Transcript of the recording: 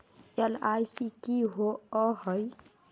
LIC की होअ हई?